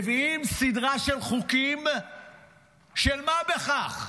מביאים סדרה של חוקים של מה בכך,